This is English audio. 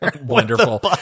Wonderful